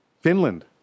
Finland